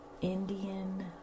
Indian